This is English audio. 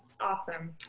awesome